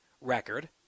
record